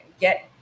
get